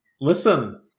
Listen